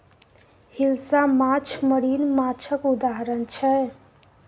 हिलसा माछ मरीन माछक उदाहरण छै